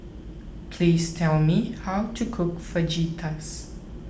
please tell me how to cook Fajitas